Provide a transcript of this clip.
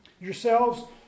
yourselves